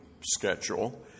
schedule